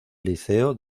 liceo